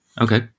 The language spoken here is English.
Okay